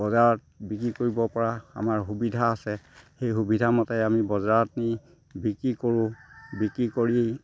বজাৰত বিক্ৰী কৰিব পৰা আমাৰ সুবিধা আছে সেই সুবিধামতে আমি বজাৰত নি বিক্ৰী কৰোঁ বিক্ৰী কৰি